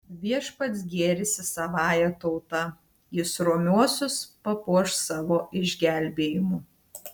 viešpats gėrisi savąja tauta jis romiuosius papuoš savo išgelbėjimu